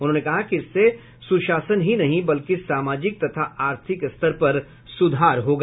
उन्होंने कहा कि इससे सुशासन ही नहीं बल्कि सामाजिक तथा आर्थिक स्तर पर सुधार होगा